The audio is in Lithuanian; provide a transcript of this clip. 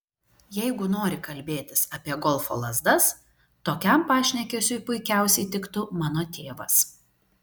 jeigu nori kalbėtis apie golfo lazdas tokiam pašnekesiui puikiausiai tiktų mano tėvas